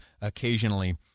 occasionally